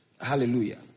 Hallelujah